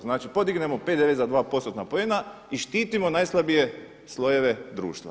Znači podignemo PDV za 2%-tna poena i štitimo najslabije slojeve društva.